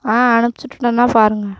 ஆ அனுப்புச்சுட்டுட்டேண்ணா பாருங்க